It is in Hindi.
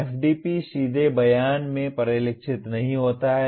FDP सीधे बयान में परिलक्षित नहीं होता है